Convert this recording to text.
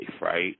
right